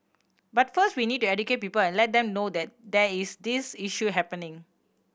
but first we need to educate people and let them know that there is this issue happening